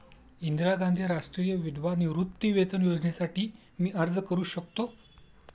इंदिरा गांधी राष्ट्रीय विधवा निवृत्तीवेतन योजनेसाठी मी अर्ज करू शकतो?